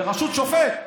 בראשות שופט.